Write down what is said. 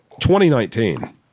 2019